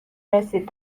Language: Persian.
رسید